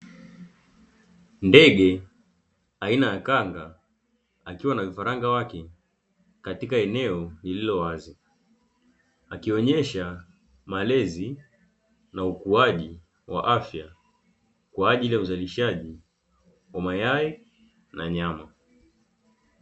Ndege aina ya kanga akiwa na vifaranga wake katika eneo lililowazi akionesha malezi na ukuaji wa afya kwa ajili ya uzalishaji wa mayai na nyama.